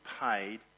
paid